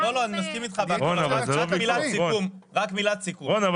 מילת סיכום --- רון,